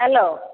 hello